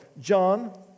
John